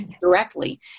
directly